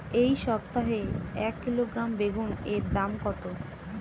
এই সপ্তাহে এক কিলোগ্রাম বেগুন এর দাম কত?